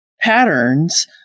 patterns